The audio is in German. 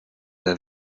der